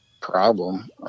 problem